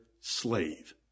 slave